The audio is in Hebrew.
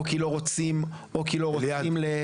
או כי לא רוצים לשווק.